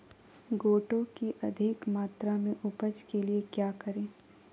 गोटो की अधिक मात्रा में उपज के लिए क्या करें?